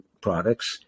products